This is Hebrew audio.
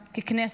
ככנסת,